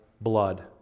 blood